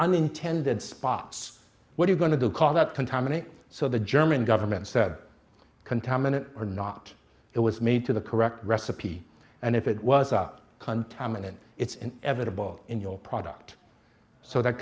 unintended spots where you're going to call that contaminate so the german government said contaminant or not it was made to the correct recipe and if it was up contaminants it's in evitable in your product so that